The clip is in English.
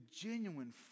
genuine